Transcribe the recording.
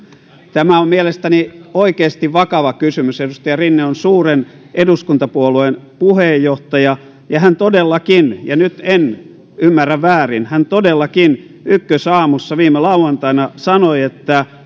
tämä on mielestäni oikeasti vakava kysymys edustaja rinne on suuren eduskuntapuolueen puheenjohtaja ja hän todellakin ja nyt en ymmärrä väärin hän todellakin ykkösaamussa viime lauantaina sanoi että